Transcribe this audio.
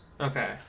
Okay